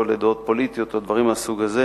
או לדעות פוליטיות, או דברים מהסוג הזה,